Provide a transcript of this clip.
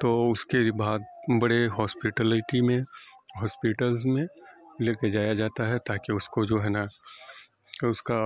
تو اس کے بعد بڑے ہاسپٹلٹی میں ہاسپٹلز میں لے کے جایا جاتا ہے تاکہ اس کو جو ہے نا اس کا